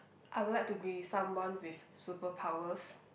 I would like to be someone with super powers